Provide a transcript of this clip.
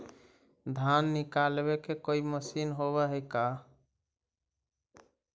धान निकालबे के कोई मशीन होब है का?